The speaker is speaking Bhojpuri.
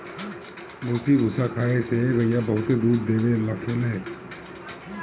भूसी भूसा खाए से गईया बहुते दूध देवे लागेले